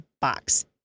box